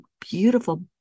beautiful